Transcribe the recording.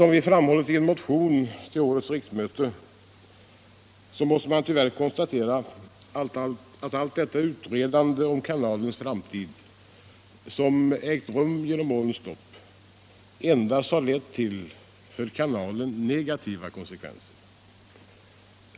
Som vi framhållit i en motion till årets riksmöte måste man tyvärr konstatera att allt det utredande av kanalens framtid som under årens lopp ägt rum endast lett till för kanalen negativa konsekvenser.